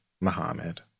Muhammad